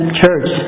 church